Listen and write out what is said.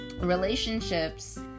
relationships